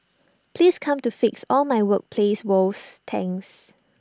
please come to fix all my workplace woes thanks